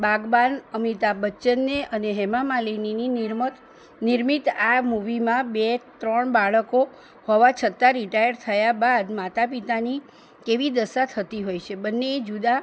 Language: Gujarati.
બાગબાન અમિતાભ બચ્ચનને અને હેમા માલિનીની નિર્મત નિર્મિત આ મૂવીમાં બે ત્રણ બાળકો હોવા છતાં રીટાયર થયા બાદ માતા પિતાની કેવી દશા થતી હોય છે બંને જુદા